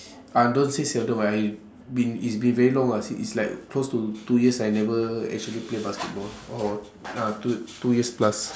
ah don't say seldom I been it's been very long ah it's it's like close to two years I never actually played basketball or ah two two years plus